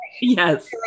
yes